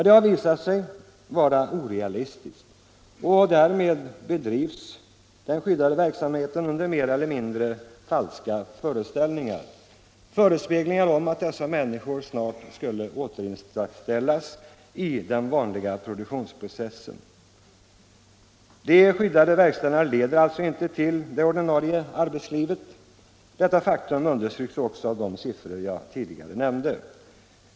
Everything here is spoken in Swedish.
Det har visat sig vara orealistiskt, och därmed bedrivs den skyddade verksam heten under mer eller mindre falska föreställningar — under förespeglingar om att dessa människor snart skulle återinställas i den vanliga produktionsprocessen. De skyddade verkstäderna leder alltså inte till det ordinarie arbetslivet, och detta faktum understryks också av de siffror jag tidigare nämnde.